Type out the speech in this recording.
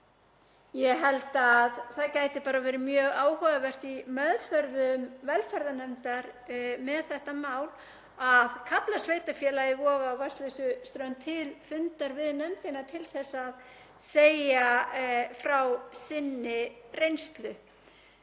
Ég held að það gæti verið mjög áhugavert í meðferð velferðarnefndar með þetta mál að kalla sveitarfélagið Voga á Vatnsleysuströnd til fundar við nefndina til að segja frá sinni reynslu.